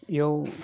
इयाव